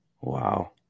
wow